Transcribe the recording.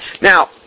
Now